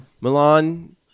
Milan